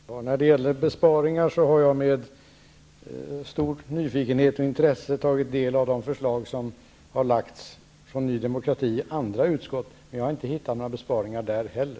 Herr talman! När det gäller besparingar har jag med stor nyfikenhet och med stort intresse tagit del av de förslag som Ny demokrati har lagt fram i andra utskott, men jag har inte hittat några besparingar där heller.